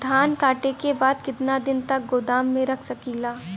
धान कांटेके बाद कितना दिन तक गोदाम में रख सकीला?